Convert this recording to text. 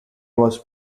was